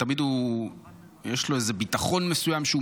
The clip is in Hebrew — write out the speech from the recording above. ותמיד יש לו איזה ביטחון מסוים כשהוא